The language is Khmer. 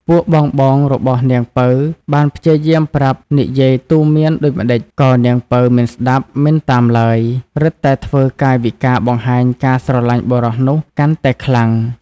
ពួកបងៗរបស់នាងពៅបានព្យាយាមប្រាប់និយាយទូន្មានដូចម្ដេចក៏នាងពៅមិនស្ដាប់មិនតាមឡើយ រឹតតែធ្វើកាយវិការបង្ហាញការស្រឡាញ់បុរសនោះកាន់តែខ្លាំង។